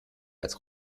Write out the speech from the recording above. als